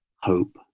hope